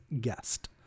guest